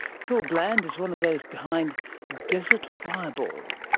phil bland is one of those behind desert fireball.